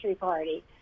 party